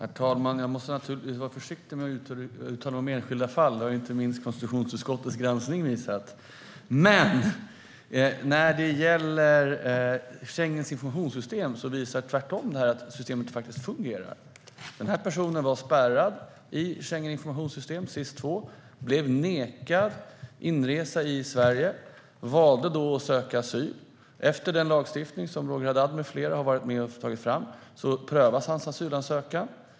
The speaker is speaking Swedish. Herr talman! Jag måste vara försiktig med att uttala mig om enskilda fall. Det har inte minst konstitutionsutskottets granskning visat. Men när det gäller Schengens informationssystem visar detta tvärtom att systemet fungerar. Personen var spärrad i Schengens informationssystem, SIS II, och blev nekad inresa i Sverige. Han valde då att söka asyl. Enligt den lagstiftning som Roger Haddad med flera har varit med och tagit fram prövas hans asylansökan.